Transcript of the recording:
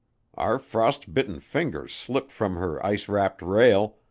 our frost-bitten fingers slipped from her ice-wrapped rail,